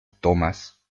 thomas